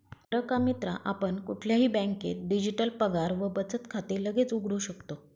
बर का मित्रा आपण कुठल्याही बँकेत डिजिटल पगार व बचत खाते लगेच उघडू शकतो